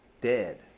Dead